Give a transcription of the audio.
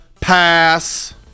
pass